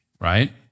right